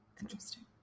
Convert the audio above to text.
Interesting